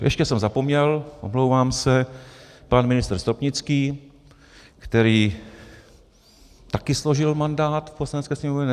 Ještě jsem zapomněl, omlouvám se, pan ministr Stropnický, který taky složil mandát v Poslanecké sněmovně.